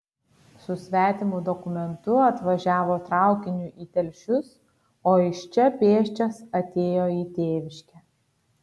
su svetimu dokumentu atvažiavo traukiniu į telšius o iš čia pėsčias atėjo į tėviškę